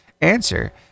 answer